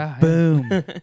Boom